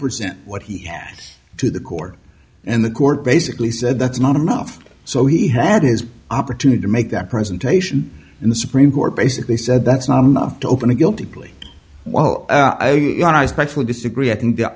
present what he had to the court and the court basically said that's not enough so he had his opportunity to make that presentation in the supreme court basically said that's not enough to open a guilty plea while on a special disagree i think the